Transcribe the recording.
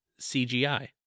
CGI